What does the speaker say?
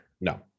No